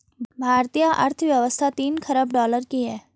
भारतीय अर्थव्यवस्था तीन ख़रब डॉलर की है